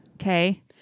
Okay